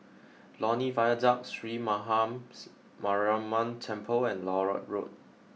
Lornie Viaduct Sree Mahams Mariamman Temple and Larut Road